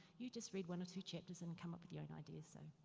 you just read one or two chapters and come up with your own ideas. so,